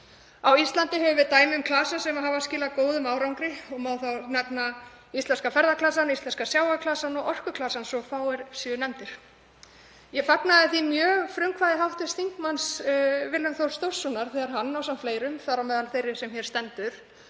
Á Íslandi höfum við dæmi um klasa sem hafa skilað góðum árangri og má þar nefna Íslenska ferðaklasann, Íslenska sjávarklasann og Orkuklasann, svo fáir séu nefndir. Ég fagnaði því mjög frumkvæði hv. þm. Willums Þórs Þórssonar þegar hann ásamt fleirum, þar á meðal þeirri sem hér stendur,